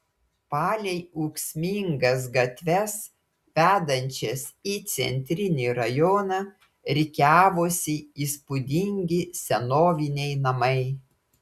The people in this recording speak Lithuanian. palei ūksmingas gatves vedančias į centrinį rajoną rikiavosi įspūdingi senoviniai namai